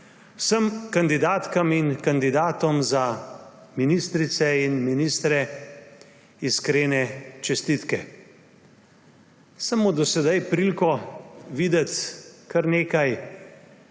Vsem kandidatkam in kandidatom za ministrice in ministre iskrene čestitke! Sem imel do sedaj priliko videti kar nekaj